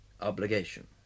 obligation